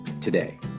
today